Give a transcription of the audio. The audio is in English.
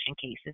cases